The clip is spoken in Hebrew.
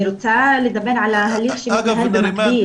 נארימאן,